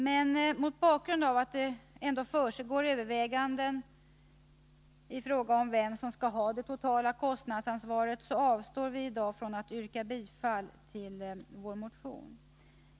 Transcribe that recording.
Men mot bakgrund av att det ändå försiggår överväganden i fråga om vem som skall ha det totala kostnadsansvaret avstår vi från att i dag yrka bifall till vår motion.